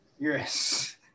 Yes